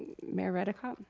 mayor redekop.